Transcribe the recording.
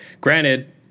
granted